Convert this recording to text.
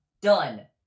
Done